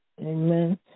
Amen